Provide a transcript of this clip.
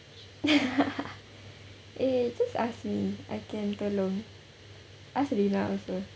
eh just ask me I can tolong ask rina also